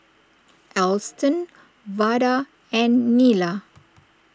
Alston Vada and Nila